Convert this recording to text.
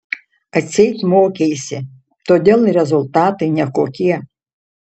atseit mokeisi todėl rezultatai nekokie